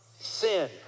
sin